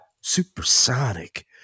Supersonic